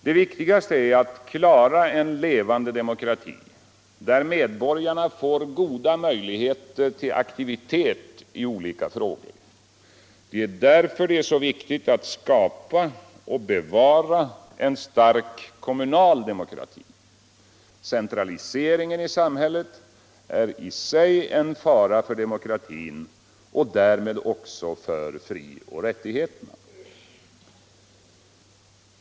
Det viktigaste är att klara en levande demokrati där medborgarna får goda möjligheter till aktivitet i olika frågor. Därför är det så viktigt att skapa och bevara en stark kommunal demokrati. Centraliseringen i samhället är en fara för demokratin och därmed också för frioch rättigheterna.